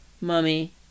Mummy